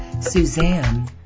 Suzanne